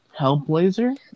Hellblazer